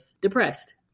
depressed